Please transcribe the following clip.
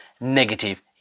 negative